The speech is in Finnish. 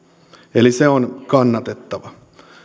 eli se on kannatettava